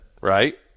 right